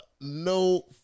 no